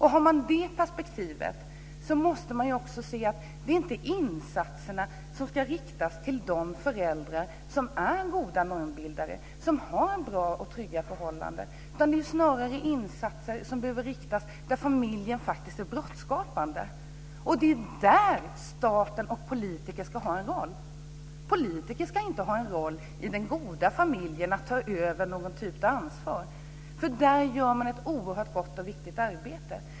Har man det perspektivet inser man att insatserna inte ska riktas till de föräldrar som är goda normbildare och som kan erbjuda bra och trygga förhållanden. Insatserna behöver snarare riktas till familjer som är brottsskapande. Det är där som staten och politikerna ska ha en roll. Politikerna ska inte ha en roll i den goda familjen och ta över ansvaret.